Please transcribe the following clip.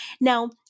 now